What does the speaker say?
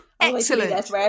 excellent